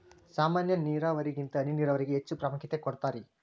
ಸಾಮಾನ್ಯ ನೇರಾವರಿಗಿಂತ ಹನಿ ನೇರಾವರಿಗೆ ಹೆಚ್ಚ ಪ್ರಾಮುಖ್ಯತೆ ಕೊಡ್ತಾರಿ